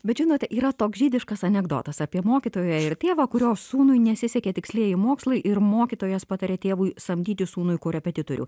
bet žinote yra toks žydiškas anekdotas apie mokytoją ir tėvą kurio sūnui nesisekė tikslieji mokslai ir mokytojas patarė tėvui samdyti sūnui korepetitorių